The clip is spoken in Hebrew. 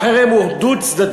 החרם הוא דו-צדדי,